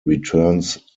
returns